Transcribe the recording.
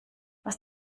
was